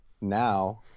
now